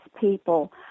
people